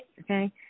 okay